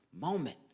moment